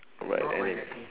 but anyway